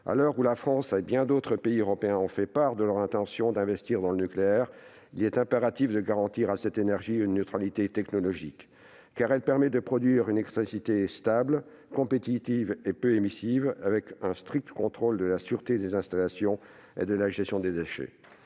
À l'heure où la France et bien d'autres pays européens font part de leurs intentions d'investir dans le nucléaire, il est impératif de garantir à cette énergie une neutralité technologique, car elle permet de produire une électricité stable, compétitive et peu émettrice de carbone, avec un strict contrôle de la sûreté des installations et de la gestion des déchets.